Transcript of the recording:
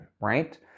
Right